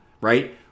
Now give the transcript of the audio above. right